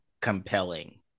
compelling